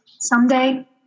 Someday